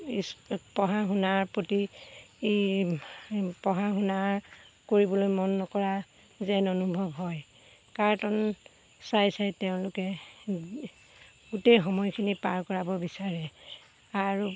পঢ়া শুনাৰ প্ৰতি পঢ়া শুনাৰ কৰিবলৈ মন নকৰা যেন অনুভৱ হয় কাৰ্টন চাই চাই তেওঁলোকে গোটেই সময়খিনি পাৰ কৰাব বিচাৰে আৰু